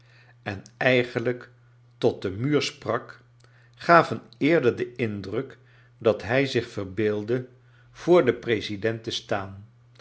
en eigeniijk tot den muur sprak gaven eerder den indruk dat hij zich verbeeldde voor den i'resi i dent te staan